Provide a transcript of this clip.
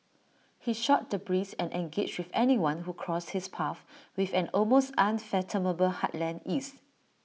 he shot the breeze and engaged with anyone who crossed his path with an almost unfathomable heartland ease